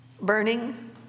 burning